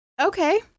Okay